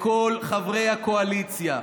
לכל חברי הקואליציה,